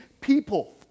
people